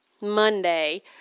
Monday